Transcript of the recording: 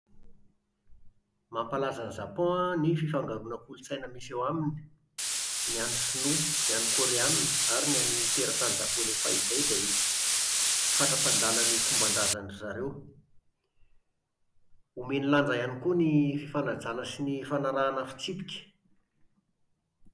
Mampalaza an'i Japon an ny fifangaroana kolontsaina misy ao aminy: ny an'ny Shinoa, ny an'ny Koreàna, ary ny an'ny teratany Japoney fahizay izay fatra-pandala ny fombandrazan-dry zareo. Omeny lanja ihany koa ny fifanajana sy ny fanarahana fitsipika